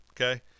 okay